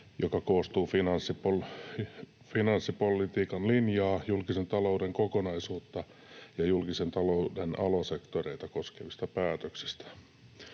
joka koostuu finanssipolitiikan linjaa, julkisen talouden kokonaisuutta ja julkisen talouden alasektoreita koskevista päätöksistä.